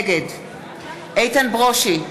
נגד איתן ברושי,